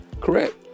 Correct